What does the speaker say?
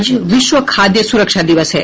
आज विश्व खाद्य सुरक्षा दिवस है